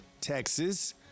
Texas